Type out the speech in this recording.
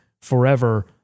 forever